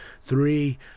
three